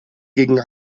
gegen